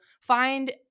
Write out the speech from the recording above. find